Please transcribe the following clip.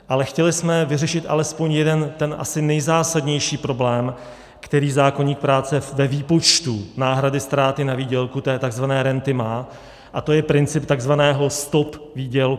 Ale chtěli jsme vyřešit alespoň jeden, ten asi nejzásadnější problém, který zákoník práce ve výpočtu náhrady ztráty na výdělku, té takzvané renty, má, a to je princip takzvaného stop výdělku.